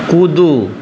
कूदू